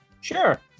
sure